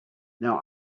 now